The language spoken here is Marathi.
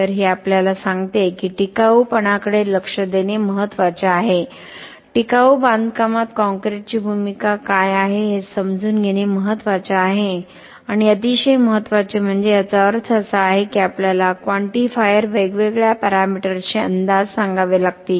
तर हे आपल्या ला सांगते की टिकाऊपणाकडे लक्ष देणे महत्त्वाचे आहे टिकाऊ बांधकामात कॉंक्रिटची भूमिका काय आहे हे समजून घेणे महत्त्वाचे आहे आणि अतिशय महत्त्वाचे म्हणजे याचा अर्थ असा आहे की आपल्याला क्वांटिफायर quantifiers वेगवेगळ्या पॅरामीटर्सचे अंदाज सांगावे लागतील